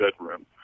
bedroom